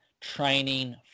training